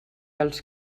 els